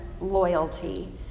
loyalty